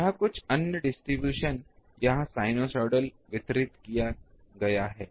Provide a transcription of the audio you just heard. यह कुछ अन्य डिस्ट्रीब्यूशन यहाँ sinusoidally वितरित किया गया है